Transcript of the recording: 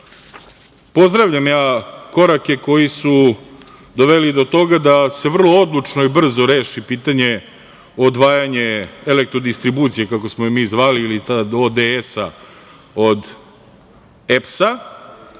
pozdravljam korake koji su doveli do toga da se vrlo odlučno i brzo reši pitanje odvajanje Elektrodistribucije, kako smo je mi zvali, ili ODS-a od EPS-a,